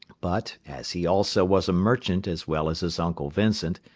but, as he also was a merchant as well as his uncle vincent,